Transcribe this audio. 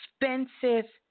expensive